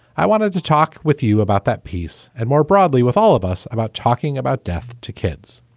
i wanted to talk with you about that piece and more broadly with all of us about talking about death to kids.